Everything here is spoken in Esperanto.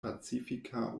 pacifika